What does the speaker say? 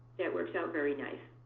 that works out very nice.